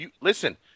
Listen